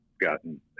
gotten